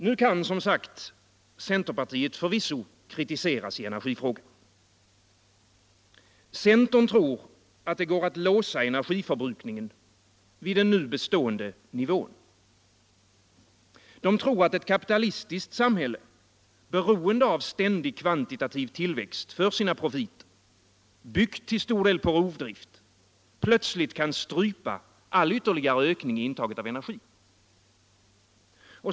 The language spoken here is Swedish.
Nu kan som sagt centerpartiet förvisso kritiseras i energifrågan. Centern tror att det går att låsa energiförbrukningen vid den nu bestående nivån. Den tror att ett kapitalistiskt samhälle, för sina profiter beroende av ständig kvantitativ tillväxt och till stor del byggt på rovdrift, plötsligt kan strypa all ytterligare ökning i intaget av energi.